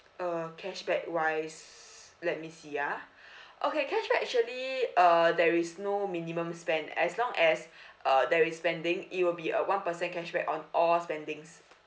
uh cashback wise let me see ah okay cashback actually uh there is no minimum spend as long as uh there is spending it will be a one percent cashback on all spendings